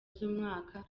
z’umwaka